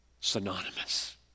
synonymous